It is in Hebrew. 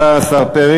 התשע"ג 2013,